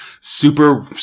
super